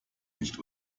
nicht